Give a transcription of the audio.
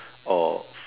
of